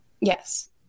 Yes